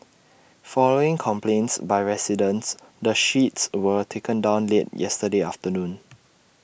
following complaints by residents the sheets were taken down late yesterday afternoon